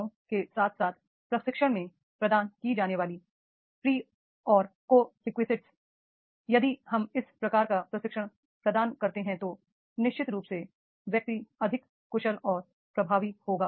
इसका मतलब है कि खुली और बंद दक्षताओं के साथ साथ प्रशिक्षण में प्रदान की जाने वाली प्रे एंड को रिक्विजिट्स यदि हम इस प्रकार का प्रशिक्षण प्रदान करते हैं तो निश्चित रूप से व्यक्ति अधिक कुशल और प्रभावी होगा